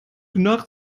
nach